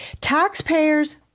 taxpayers